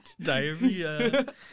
diarrhea